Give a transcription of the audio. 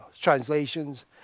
translations